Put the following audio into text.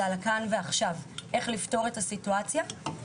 אז זה על איך לפתור את הסיטואציה כאן ועכשיו.